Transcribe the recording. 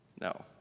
No